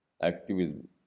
activism